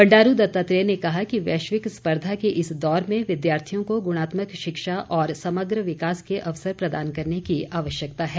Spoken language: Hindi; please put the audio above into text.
बंडारू दत्तात्रेय ने कहा कि वैश्विक स्पर्धा के इस दौर में विद्यार्थियों को गुणात्मक शिक्षा और समग्र विकास के अवसर प्रदान करने की आवश्यकता है